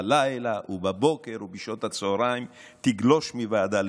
בלילה ובבוקר ובשעות הצוהריים תגלוש מוועדה לוועדה.